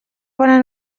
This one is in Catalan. bona